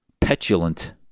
petulant